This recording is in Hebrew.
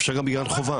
אפשר גם בגן חובה.